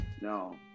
No